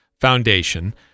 Foundation